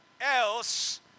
else